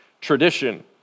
tradition